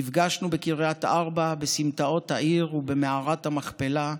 נפגשנו בקריית ארבע, בסמטאות העיר ובמערת המכפלה.